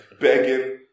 begging